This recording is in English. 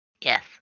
Yes